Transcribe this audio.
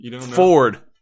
Ford